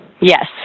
Yes